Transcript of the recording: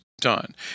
done